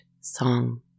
song